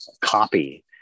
copy